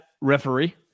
referee